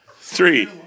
Three